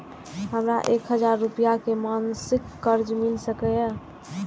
हमरा एक हजार रुपया के मासिक कर्जा मिल सकैये?